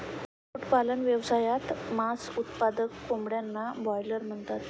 कुक्कुटपालन व्यवसायात, मांस उत्पादक कोंबड्यांना ब्रॉयलर म्हणतात